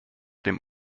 dem